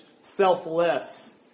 selfless